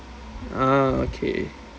ah okay